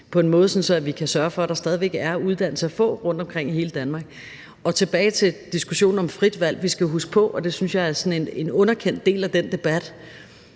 på en måde, så vi kan sørge for, at der stadig væk er uddannelser at få rundtomkring i hele Danmark. Tilbage til diskussionen om frit valg: Vi skal jo huske på, og det synes jeg er sådan en underkendt del af debatten,